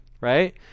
right